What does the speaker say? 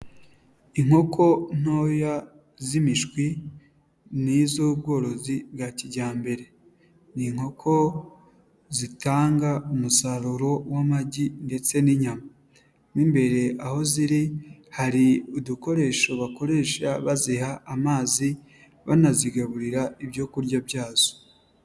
Inkoko ntoya z'imishwi, ni iz'ubworozi bwa kijyambere. Ni inkoko zitanga umusaruro w'amagi, ndetse n'inyama. Imbere aho ziri, hari udukoresho bakoresha baziha amazi banazigaburira ibyokurya byazo.